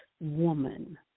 woman